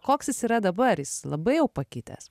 koks jis yra dabar jis labai jau pakitęs